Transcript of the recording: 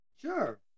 Sure